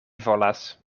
volas